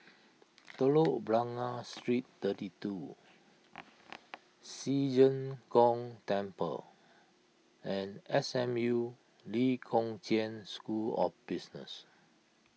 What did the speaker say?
Telok Blangah Street thirty two Ci Zheng Gong Temple and S M U Lee Kong Chian School of Business